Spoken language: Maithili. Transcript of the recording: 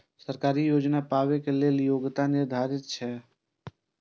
सरकारी योजना पाबे के लेल कि योग्यता निर्धारित छै?